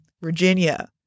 Virginia